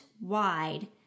wide